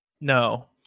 No